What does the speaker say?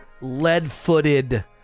lead-footed